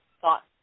thought